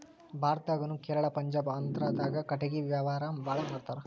ಭಾರತದಾಗುನು ಕೇರಳಾ ಪಂಜಾಬ ಆಂದ್ರಾದಾಗ ಕಟಗಿ ವ್ಯಾವಾರಾ ಬಾಳ ಮಾಡತಾರ